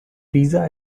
pizza